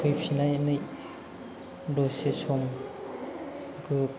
फैफिननानै दसे सम